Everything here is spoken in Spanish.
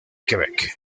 quebec